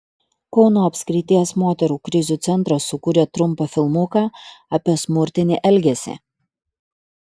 kauno apskrities moterų krizių centras sukūrė trumpą filmuką apie smurtinį elgesį